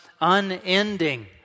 unending